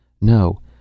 No